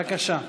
בבקשה.